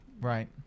Right